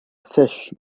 fish